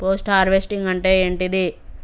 Post harvesting అంటే ఏంటిది?